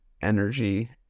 energy